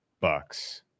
Bucks